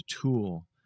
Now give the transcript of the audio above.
tool